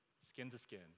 skin-to-skin